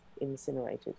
incinerated